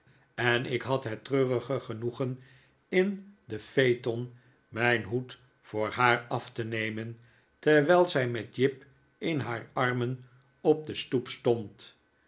en ik had het treurige genoegen in den phaeton mijn hoed voor haar af te nemen terwijl zij met jip in haar armen op de stoep stond